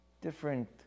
different